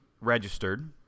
registered